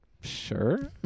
Sure